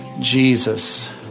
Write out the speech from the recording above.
Jesus